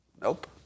Nope